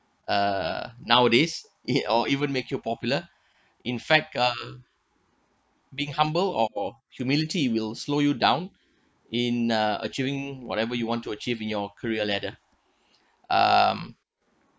uh nowadays it or even make you popular in fact uh being humble or humility will slow you down in uh achieving whatever you want to achieve in your career ladder um